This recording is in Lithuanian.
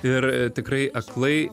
ir tikrai aklai